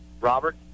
Robert